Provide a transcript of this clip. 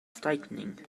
tightening